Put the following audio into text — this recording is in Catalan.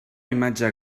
imatge